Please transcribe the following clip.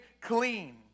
clean